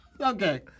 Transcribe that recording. Okay